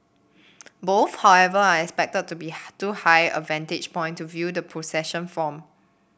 both however are expected to be too high a vantage point to view the procession form